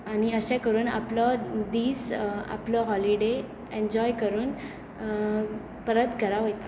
आनी अशें करून आपलो दीस आपलो होलीडे एन्जोय करून परत घरा वयता